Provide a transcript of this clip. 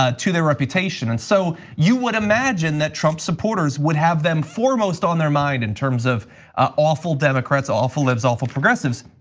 ah to their reputation. and so, you would imagine that trump supporters would have them foremost on their mind in terms of ah awful democrats, awful libs awful progressives.